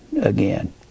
again